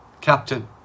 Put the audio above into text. Captain